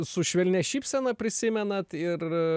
su švelnia šypsena prisimenat ir